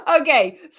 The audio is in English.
Okay